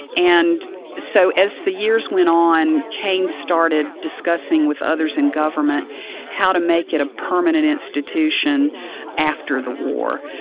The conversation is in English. and so as the years went on, keynes started discussing with others in government how to make it a permanent institution after the war.